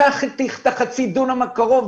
לקחנו את חצי הדונם הקרוב,